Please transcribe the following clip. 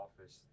Office